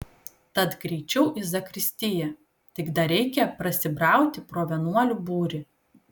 tad greičiau į zakristiją tik dar reikia prasibrauti pro vienuolių būrį